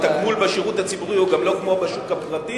התגמול בשירות הציבורי הוא גם לא כמו בשוק הפרטי.